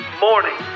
Morning